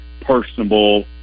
personable